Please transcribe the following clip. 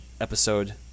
episode